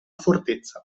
fortezza